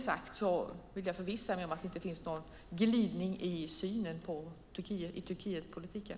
Jag vill förvissa mig om att det inte finns någon glidning i synen i Turkietpolitiken.